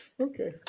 Okay